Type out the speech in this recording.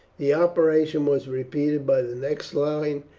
the operation was repeated by the next line,